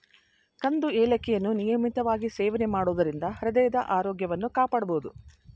ಕಂದು ಏಲಕ್ಕಿಯನ್ನು ನಿಯಮಿತವಾಗಿ ಸೇವನೆ ಮಾಡೋದರಿಂದ ಹೃದಯದ ಆರೋಗ್ಯವನ್ನು ಕಾಪಾಡ್ಬೋದು